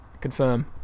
Confirm